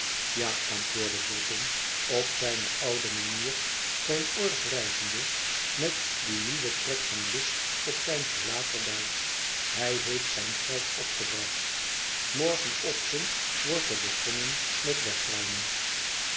a antwoordde bofïin op zijne oude manier zijn oor wrijvende met dien nieuwen trek van list op zijn gelaat er bij hij heeft zijn geld opgebracht morgenochtend wordt er begonnen met wegruimen